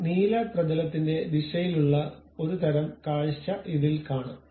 ആ നീല പ്രതലത്തിന്റെ ദിശയിലുള്ള ഒരുതരം കാഴ്ച ഇതിൽകാണാം